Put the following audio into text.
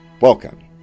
Welcome